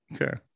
okay